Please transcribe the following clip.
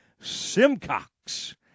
Simcox